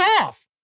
off